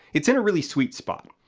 it's in a really sweet spot.